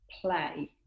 play